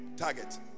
Target